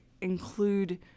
include